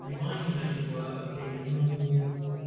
and if i can make it work, being a normal